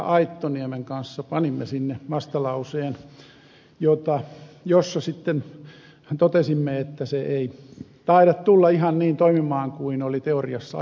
aittoniemen kanssa panimme sinne vastalauseen jossa sitten totesimme että se menettely ei taida tulla ihan niin toimimaan kuin oli teoriassa ajateltu